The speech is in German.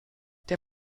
der